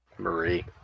Marie